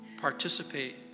participate